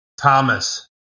Thomas